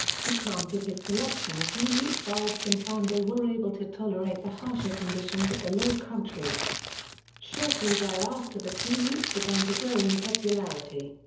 he planted his collection of tulip bulbs and found they were able to tolerate the harsher conditions of the low countries shortly thereafter the tulip began to grow in popularity.